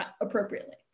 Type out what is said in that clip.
appropriately